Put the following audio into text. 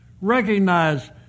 Recognize